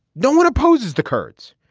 no one opposes the kurds.